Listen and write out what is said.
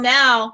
now